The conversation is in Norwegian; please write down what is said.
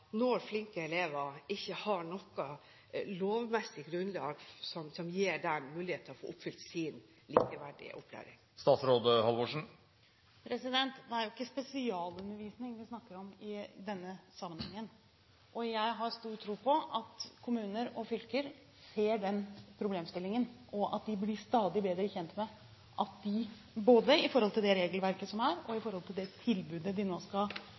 når flinke elever ikke har noe lovmessig grunnlag som gir dem mulighet til å få oppfylt sin likeverdige opplæring? Det er ikke spesialundervisning vi snakker om i denne sammenhengen. Jeg har stor tro på at kommuner og fylker ser den problemstillingen, og at de blir stadig bedre kjent med dette, slik at de både i forhold til det regelverket som er, og i forhold til de tilbudene vi nå skal